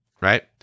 Right